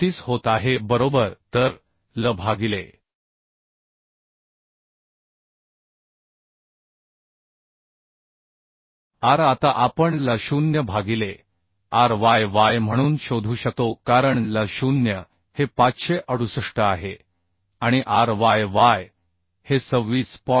34 होत आहे बरोबर तर L भागिले r आता आपण L0 भागिले r y y म्हणून शोधू शकतो कारण L0 हे 568 आहे आणि r y y हे 26